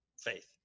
faith